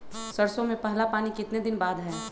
सरसों में पहला पानी कितने दिन बाद है?